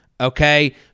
Okay